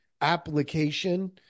application